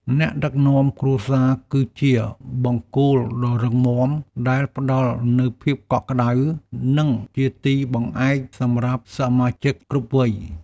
អ្នកដឹកនាំគ្រួសារ គឺជាបង្គោលដ៏រឹងមាំដែលផ្តល់នូវភាពកក់ក្តៅ និងជាទីបង្អែកសម្រាប់សមាជិកគ្រប់វ័យ។